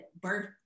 birth